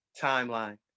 timeline